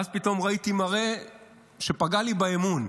ואז פתאום ראיתי מראה שפגע לי באמון,